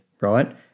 Right